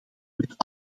met